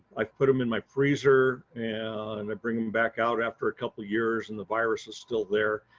i've put them in my freezer and i bring them back out after a couple years and the virus is still there.